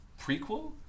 prequel